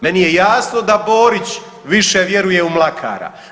Meni je jasno da Borić više vjeruje u Mlakara.